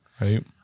right